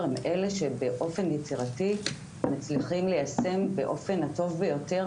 הם אלה שבאופן יצירתי מצליחים ליישם באופן הטוב ביותר